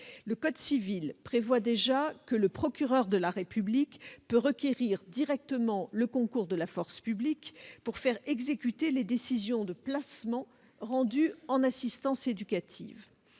Le code civil prévoit déjà que le procureur de la République peut requérir directement le concours de la force publique pour faire exécuter les décisions de placement rendues en assistance éducative.